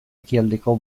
ekialdeko